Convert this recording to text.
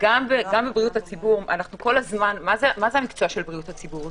מה זה המקצוע של בריאות הציבור?